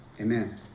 Amen